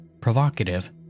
provocative